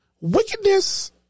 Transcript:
Wickedness